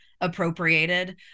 appropriated